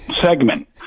segment